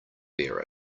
bear